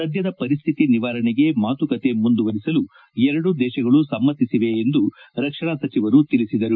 ಸದ್ದದ ಪರಿಸ್ಥಿತಿ ನಿವಾರಣೆಗೆ ಮಾತುಕತೆ ಮುಂದುವರೆಸಲು ಎರಡು ದೇತಗಳು ಸಮ್ಮತಿಸಿವೆ ಎಂದು ರಕ್ಷಣಾ ಸಚಿವರು ತಿಳಿಸಿದರು